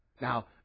now